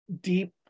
deep